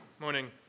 morning